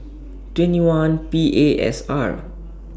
twenty one P A S R